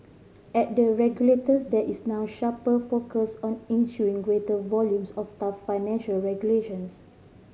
at the regulators there is now a sharper focus on issuing greater volumes of tough financial regulations